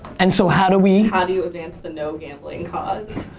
and so how do we? how do you advance the no gambling cause?